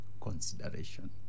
consideration